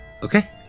Okay